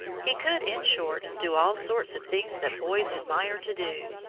he could, in short, do all sorts of things that boys admire to do.